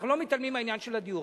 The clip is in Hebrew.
אנחנו לא מתעלמים מהעניין של הדיור,